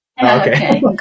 Okay